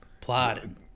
Plotting